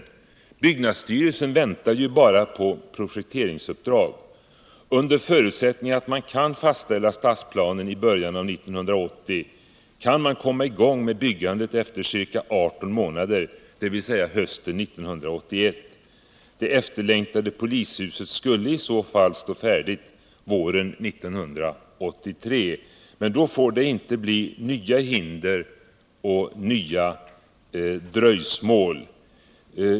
Byggnadsstyrelsen väntar ju bara på projekteringsuppdrag. Under förut Nr 54 sättning att man kan fastställa stadsplanen i början av 1980 kan man komma i gång med byggandet efter ca 18 månader, dvs. hösten 1981. Det efterlängtade polishuset skulle i så fall stå färdigt våren 1983. Men då får det inte bli nya hinder och nya dröjsmål.